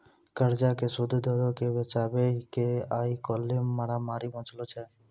कर्जा के सूद दरो के बचाबै के आइ काल्हि मारामारी मचलो छै